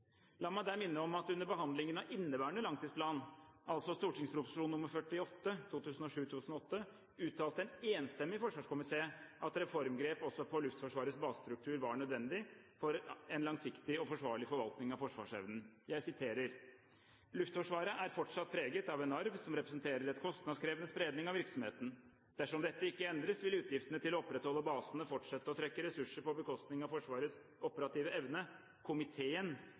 La meg minne om at under behandlingen av inneværende langtidsplan, altså St.prp. nr. 48 for 2007–2008, uttalte en enstemmig forsvarskomité at reformgrep også for Luftforsvarets basestruktur var nødvendig for en langsiktig og forsvarlig forvaltning av forsvarsevnen. Jeg siterer – fra en samlet komité i 2008: Luftforsvaret fortsatt er preget av en arv som representerer en kostnadskrevende spredning av virksomheten. Dersom dette ikke endres, vil utgiftene til å opprettholde basene fortsette å trekke ressurser på bekostning av Forsvarets operative evne. Komiteen